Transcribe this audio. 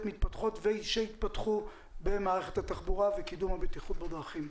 מתפתחות ושיתפתחו במערכת התחבורה וקידום הבטיחות בדרכים.